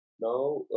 Now